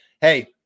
Hey